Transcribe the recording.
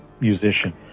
musician